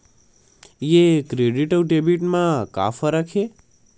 ये क्रेडिट आऊ डेबिट मा का फरक है?